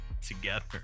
together